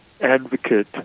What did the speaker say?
advocate